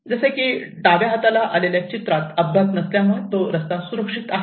जसे की जर डाव्या हाताला आलेल्या चित्रात अपघात नसल्यामुळे तो रस्ता सुरक्षित आहे